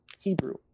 Hebrew